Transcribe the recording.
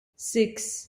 six